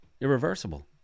Irreversible